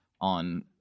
on